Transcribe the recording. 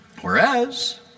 whereas